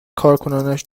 کارکنانش